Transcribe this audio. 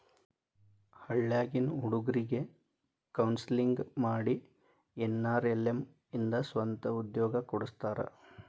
ಹಳ್ಳ್ಯಾಗಿನ್ ಹುಡುಗ್ರಿಗೆ ಕೋನ್ಸೆಲ್ಲಿಂಗ್ ಮಾಡಿ ಎನ್.ಆರ್.ಎಲ್.ಎಂ ಇಂದ ಸ್ವಂತ ಉದ್ಯೋಗ ಕೊಡಸ್ತಾರ